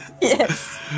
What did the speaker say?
Yes